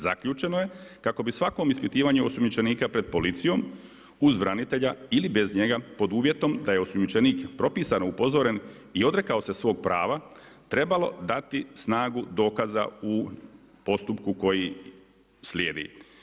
Zaključeno je, kako bi svakom ispitivanju osumnjičenika pred policijom uz branitelja ili bez njega, pod uvjetom da je osumnjičenik propisano upozoren i odrekao se svog prava trebalo dati snagu dokaza u postupku koji slijedi.